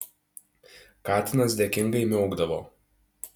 katinas dėkingai miaukdavo